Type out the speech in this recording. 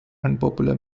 unpopular